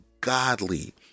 godly